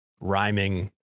rhyming